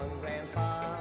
grandpa